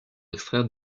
extraire